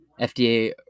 fda